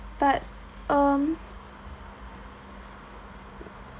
but um